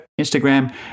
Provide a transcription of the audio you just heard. Instagram